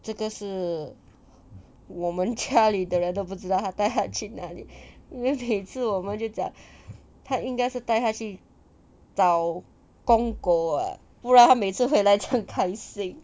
这个是我们家里的人都不知道他带它去那里因为我们就是讲他应该是带它去找公狗 ah 不然他每次回来这样开心